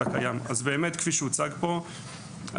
אולי שווה לדבר גם על התהליך.